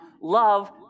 love